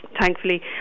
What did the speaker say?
thankfully